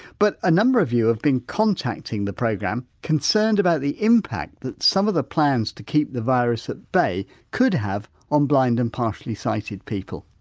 but a number of you have been contacting the programme concerned about the impact that some of the plans to keep the virus at bay could have on blind and partially sighted people.